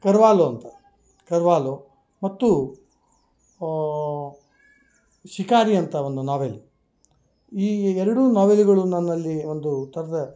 ಕರ್ವಾಲೊ ಅಂತ ಕರ್ವಾಲೊ ಮತ್ತು ಶಿಕಾರಿ ಅಂತ ಒಂದು ನಾವೆಲ್ ಈ ಎರಡೂ ನಾವೆಲುಗಳು ನನ್ನಲ್ಲಿ ಒಂದು ಥರದ